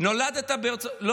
נולדת בארצות, צרפתי.